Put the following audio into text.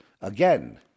Again